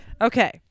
Okay